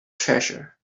treasure